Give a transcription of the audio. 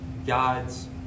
God's